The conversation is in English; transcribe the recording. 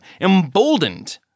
emboldened